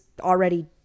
already